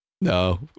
No